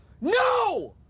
No